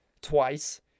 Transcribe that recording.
twice